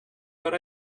but